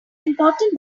important